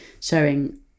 showing